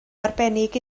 arbennig